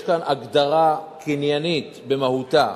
יש כאן הגדרה קניינית במהותה.